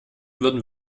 würden